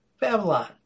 Babylon